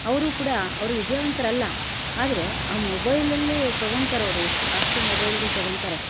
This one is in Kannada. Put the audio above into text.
ಅವರೂ ಕೂಡ ಅವರು ವಿದ್ಯಾವಂತರಲ್ಲ ಆದರೆ ಆ ಮೊಬೈಲಲ್ಲಿ ತಗೊಳ್ತಾರವ್ರು ಎಷ್ಟು ಕಾಸ್ಟ್ಲಿ ಮೊಬೈಲ್ಗುಳು ತಗೊಳ್ತಾರೆ